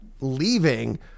leaving